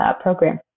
program